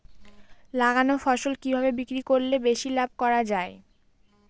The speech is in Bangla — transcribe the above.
লাগানো ফসল কিভাবে বিক্রি করলে বেশি লাভ করা যায়?